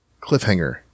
cliffhanger